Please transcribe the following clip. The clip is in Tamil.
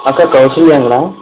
அக்கா கௌசல்யாங்களா